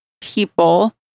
people